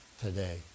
today